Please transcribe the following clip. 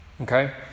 okay